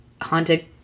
haunted